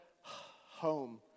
home